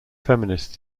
feminist